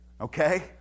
Okay